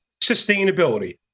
sustainability